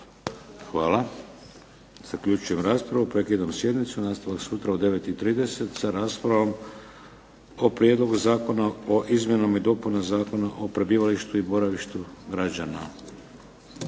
Hvala. Zaključujem raspravu. Prekidam sjednicu. Nastavak sutra u 9,30 sa raspravom o Prijedlogu zakona o izmjenama i dopunama Zakona o prebivalištu i boravištu građana.